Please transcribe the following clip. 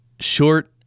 short